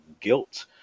guilt